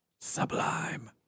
sublime